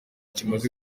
kimaze